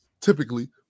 typically